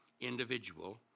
individual